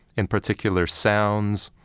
in particular sounds.